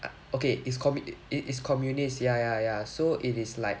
okay is commun~ is is communist ya ya ya so it is like